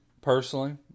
personally